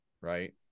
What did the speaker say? Right